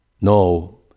No